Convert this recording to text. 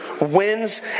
wins